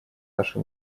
наше